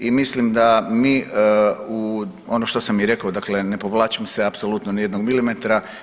I mislim da mi ono što sam i rekao dakle ne povlačim se apsolutno niti jednog milimetra.